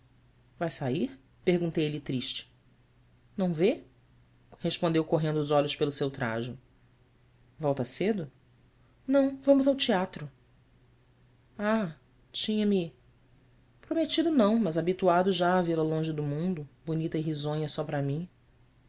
vai sair perguntei-lhe triste ão vê respondeu correndo os olhos pelo seu trajo olta cedo ão amos ao teatro h inha me prometido não mas habituado já a vê-la longe do mundo bonita e risonha só para mim